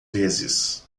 vezes